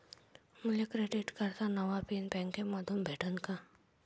मले क्रेडिट कार्डाचा नवा पिन बँकेमंधून भेटन का?